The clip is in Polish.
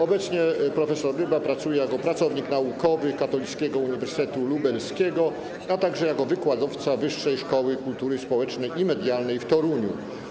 Obecnie prof. Ryba pracuje jako pracownik naukowy Katolickiego Uniwersytetu Lubelskiego, a także jako wykładowca Wyższej Szkoły Kultury Społecznej i Medialnej w Toruniu.